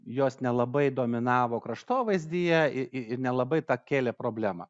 jos nelabai dominavo kraštovaizdyje ir nelabai tą kėlė problemą